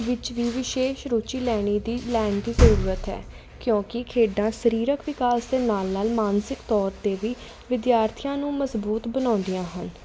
ਵਿੱਚ ਵੀ ਵਿਸ਼ੇਸ਼ ਰੁਚੀ ਲੈਣੀ ਦੀ ਲੈਣ ਦੀ ਜ਼ਰੂਰਤ ਹੈ ਕਿਉਂਕਿ ਖੇਡਾਂ ਸਰੀਰਕ ਵਿਕਾਸ ਦੇ ਨਾਲ ਨਾਲ ਮਾਨਸਿਕ ਤੌਰ 'ਤੇ ਵੀ ਵਿਦਿਆਰਥੀਆਂ ਨੂੰ ਮਜ਼ਬੂਤ ਬਣਾਉਂਦੀਆਂ ਹਨ